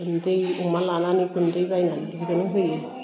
गुन्दै अमा लानानै गुन्दै बायनानै बिदिनो होयो